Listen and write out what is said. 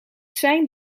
zijn